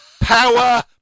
Power